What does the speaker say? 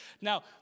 Now